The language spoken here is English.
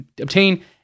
obtain